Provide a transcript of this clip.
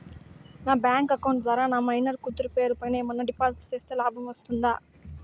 నా bank account ద్వారా నా మైనర్ కూతురు పేరు పైన ఏమన్నా డిపాజిట్లు సేస్తే లాభం ఉంటుందా?